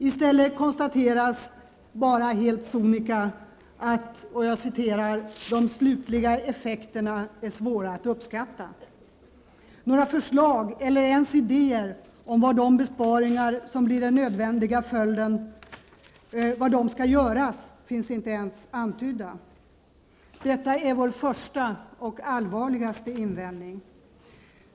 I stället konstateras bara helt sonika att ''de slutliga effekterna är svåra att uppskatta''. Några förslag eller ens idéer om var de besparingar som blir den nödvändiga följden skall göras finns inte ens antydda. Detta är vår första och allvarligaste invändning.